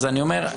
אז אני אומר,